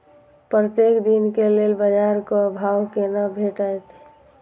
प्रत्येक दिन के लेल बाजार क भाव केना भेटैत?